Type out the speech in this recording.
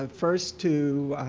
ah first, to